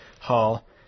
Hall